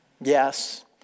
Yes